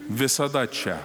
visada čia